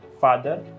father